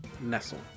nestle